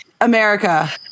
America